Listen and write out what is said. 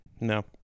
No